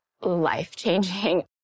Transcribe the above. life-changing